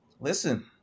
listen